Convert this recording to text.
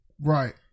Right